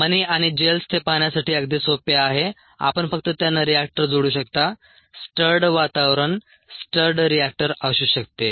मणी आणि जेल्स ते पाहण्यासाठी अगदी सोपे आहे आपण फक्त त्यांना रिएक्टर जोडू शकता स्टर्ड वातावरण स्टर्ड रिएक्टर असू शकते